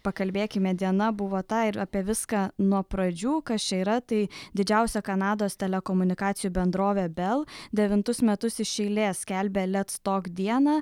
pakalbėkime diena buvo ta ir apie viską nuo pradžių kas čia yra tai didžiausia kanados telekomunikacijų bendrovė bell devintus metus iš eilės skelbia lets tok dieną